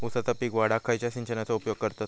ऊसाचा पीक वाढाक खयच्या सिंचनाचो उपयोग करतत?